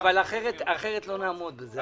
אבל אחרת לא נעמוד בזה.